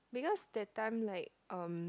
because that time like um